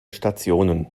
stationen